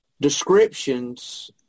descriptions